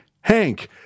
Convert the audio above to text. Hank